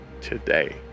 today